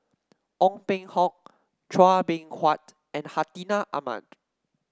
Ong Peng Hock Chua Beng Huat and Hartinah Ahmad